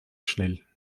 schnell